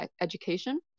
education